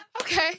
Okay